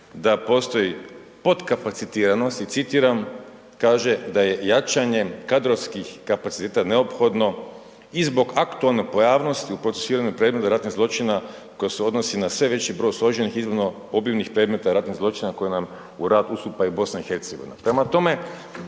da postoji podkapcitiranost i citiram kaže „da je jačanje kadrovskih kapaciteta neophodno i zbog aktualne pojavnosti u procesuiranju predmeta radnih zločina koja se odnosi na sve veći broj složnih i iznimno obimnih predmeta ratnih zločina koje nam u rad ustupa i BiH“.